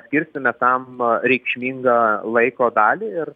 skirsime tam reikšmingą laiko dalį ir